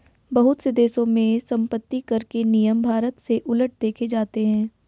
बहुत से देशों में सम्पत्तिकर के नियम भारत से उलट देखे जाते हैं